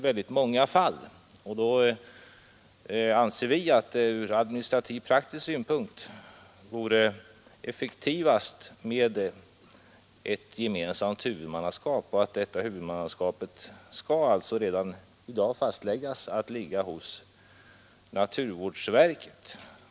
Därför anser vi att det ur administriv och praktisk synpunkt vore effektivast med ett gemensamt huvudmannaskap, och detta huvudmannaskap skall alltså redan i dag fastläggas hos naturvårdsverket.